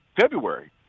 February